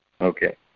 Okay